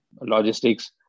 logistics